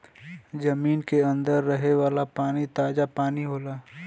जमीन के अंदर रहे वाला पानी ताजा पानी होला